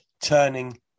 turning